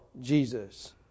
Jesus